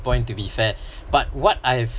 point to be fair but what I've